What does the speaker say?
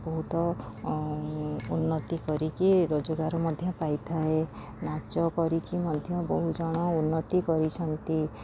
ବହୁତ ଉନ୍ନତି କରିକି ରୋଜଗାର ମଧ୍ୟ ପାଇଥାଏ ନାଚ କରିକି ମଧ୍ୟ ବହୁ ଜଣ ଉନ୍ନତି କରିଛନ୍ତି